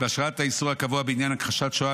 בהשראת האיסור הקבוע בעניין הכחשת שואה,